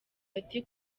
ati